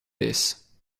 this